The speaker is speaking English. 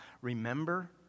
remember